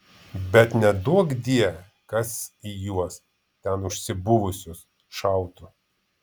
bet neduokdie kas į juos ten užsibuvusius šautų